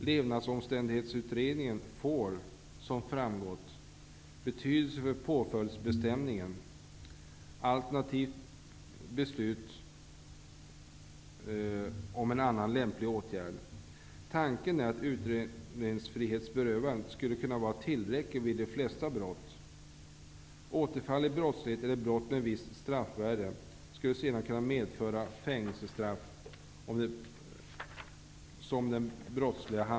Levnadsomständighetsutredningen får, som framgått, betydelse vid påföljdsbestämningen alternativt beslut om annan lämplig åtgärd. Tanken är att utredningsfrihetsberövandet skulle kunna vara tillräckligt vid de flesta brott. Återfall i brottslighet eller brott med visst straffvärde skulle sedan kunna medföra fängelsestraff.